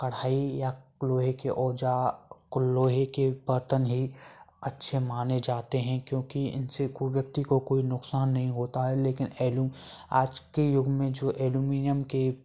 कड़ाही या क लोहे के ओजा क लोहे के बर्तन ही अच्छे माने जाते हैं क्योंकि इनसे को व्यक्ति को कोई नुकसान नहीं होता है लेकिन एलूं आज के युग में जो एल्युमिनियम के